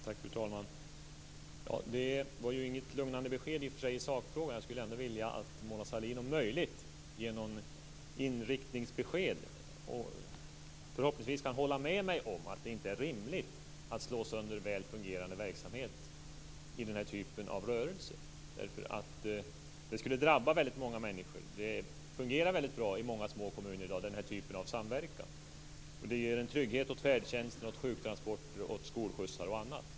Fru talman! Det var ju inget lugnande besked i sakfrågan. Jag skulle vilja att Mona Sahlin om möjligt ger ett inriktningsbesked. Förhoppningsvis kan statsrådet hålla med mig om att det inte är rimligt att slå sönder en väl fungerande verksamhet i den här typen av rörelse. Det skulle drabba väldigt många människor. Den här typen av samverkan fungerar väldigt bra i många små kommuner i dag. Det ger en trygghet åt färdtjänsten, sjuktransporter, skolskjutsar och annat.